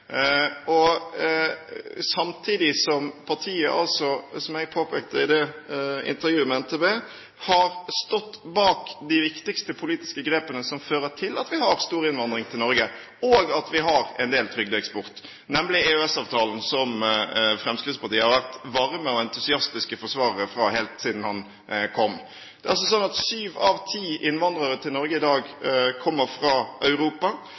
Samtidig har partiet, som jeg påpekte i intervjuet med NTB, stått bak det viktigste politiske grepet som fører til at vi har stor innvandring til Norge, og at vi har en del trygdeeksport, nemlig EØS-avtalen, som Fremskrittspartiet har vært varm og entusiastisk forsvarer for helt siden den kom. Det er altså sånn at sju av ti innvandrere til Norge i dag kommer fra Europa.